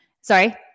Sorry